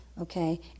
Okay